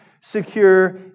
secure